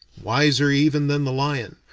wiser even than the lion,